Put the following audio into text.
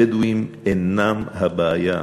הבדואים אינם הבעיה,